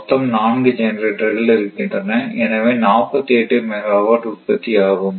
மொத்தம் நான்கு ஜெனரேட்டர்கள் இருக்கின்றன எனவே 48 மெகாவாட் உற்பத்தி ஆகும்